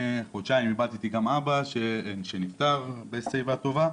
חודשיים אני איבדתי גם אבא שנפטר בשיבה טובה,